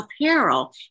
apparel